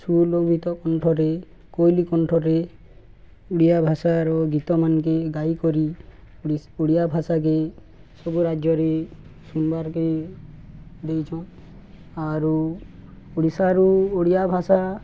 ସୁଲୋଭିତ କଣ୍ଠରେ କୋଇଲି କଣ୍ଠରେ ଓଡ଼ିଆ ଭାଷାର ଗୀତମାନକେ ଗାାଇକରି ଓଡ଼ିଆ ଭାଷାକେ ସବୁ ରାଜ୍ୟରେ ଶୁଣିବାରକେ ଦେଇଛନ୍ ଆରୁ ଓଡ଼ିଶାରୁ ଓଡ଼ିଆ ଭାଷା